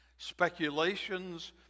Speculations